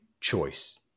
choice